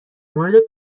مورد